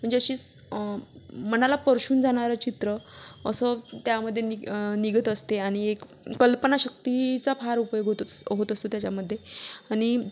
म्हणजे अशीस मनाला स्पर्शून जाणारं चित्र असं त्यामधे नि निघत असते आणि एक कल्पनाशक्तीचा फार उपयोग होतोस होत असतो त्याच्यामधे आणि